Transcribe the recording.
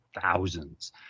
thousands